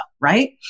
right